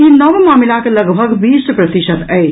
ई नव मामिलाक लगभग बीस प्रतिशत अछि